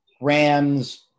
Rams